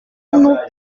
nous